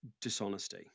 dishonesty